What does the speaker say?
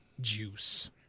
juice